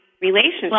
relationship